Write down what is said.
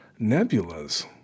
Nebulas